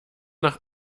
noch